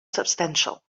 substantial